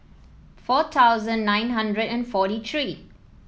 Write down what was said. four thousand nine hundred and forty three